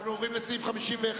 אנחנו עוברים לסעיף 51,